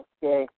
Okay